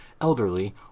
elderly